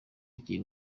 igiye